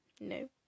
No